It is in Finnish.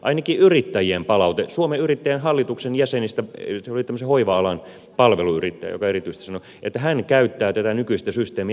ainakin yrittäjien palautteena suomen yrittäjien hallituksen jäsenistä yksi oli tämmöinen hoiva alan palveluyrittäjä joka erityisesti sanoi että hän käyttää tätä nykyistä systeemiä